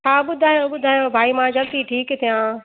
हा ॿुधायो ॿुधायो भाई मां जल्दी ठीकु थियां